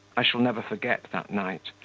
i shall never forget that night.